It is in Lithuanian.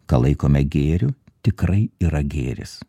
ką laikome gėriu tikrai yra gėris